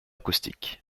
acoustique